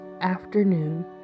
afternoon